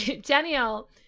Danielle